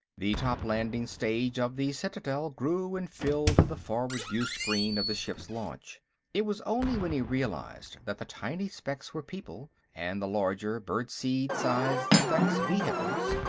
the top landing-stage of the citadel grew and filled the forward viewscreen of the ship's launch it was only when he realized that the tiny specks were people, and the larger, birdseed-sized, specks vehicles,